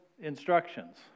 instructions